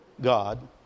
God